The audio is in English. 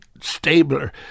stabler